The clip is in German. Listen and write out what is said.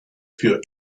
für